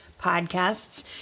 podcasts